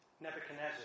Nebuchadnezzar